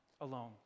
alone